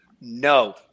No